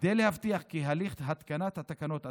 כדי להבטיח כי הליך התקנת התקנות,